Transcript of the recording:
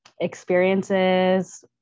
experiences